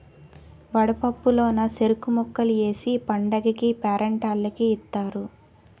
వడపప్పు లోన సెరుకు ముక్కలు ఏసి పండగకీ పేరంటాల్లకి ఇత్తారు